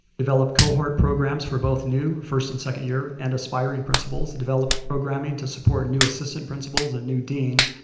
developed cohort programs for both new, first, and second year, and aspiring principals, developed programming to support new assistant principals and new deans,